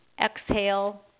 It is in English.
Exhale